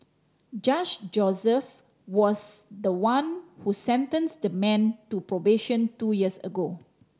Judge Joseph was the one who sentenced the man to probation two years ago